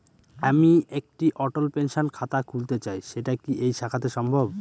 আমি একটি অটল পেনশন খাতা খুলতে চাই সেটা কি এই শাখাতে সম্ভব?